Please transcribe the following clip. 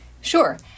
Sure